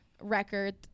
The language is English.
record